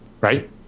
right